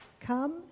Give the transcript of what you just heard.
come